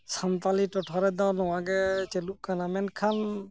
ᱥᱟᱱᱛᱟᱞᱤ ᱴᱚᱴᱷᱟ ᱨᱮᱫᱚ ᱱᱚᱣᱟ ᱜᱮ ᱪᱟᱹᱞᱩᱜ ᱠᱟᱱᱟ ᱢᱮᱱᱠᱷᱟᱱ